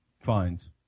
fines